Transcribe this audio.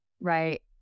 right